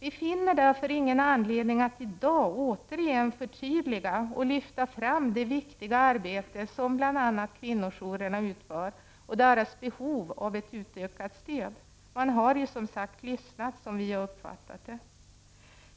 Vi finner därför ingen anledning att i dag återigen förtydliga och lyfta fram det viktiga arbete som bl.a. kvinnojourerna utför och deras stora behov av ett utökat stöd. Regeringen har, som vi har uppfattat det, lyssnat.